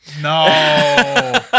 No